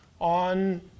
on